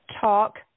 talk